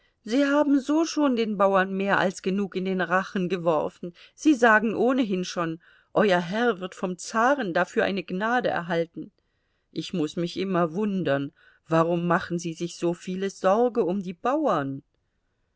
sie haben so schon den bauern mehr als genug in den rachen geworfen sie sagen ohnehin schon euer herr wird vom zaren dafür eine gnade erhalten ich muß mich immer wundern warum machen sie sich so viel sorge um die bauern